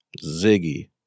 Ziggy